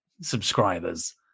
subscribers